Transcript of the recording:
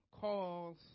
calls